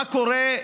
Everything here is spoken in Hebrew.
מה קורה,